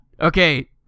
Okay